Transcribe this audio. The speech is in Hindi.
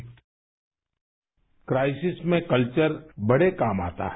साउंड बाईट क्राइसिस में कल्चर बड़े काम आता है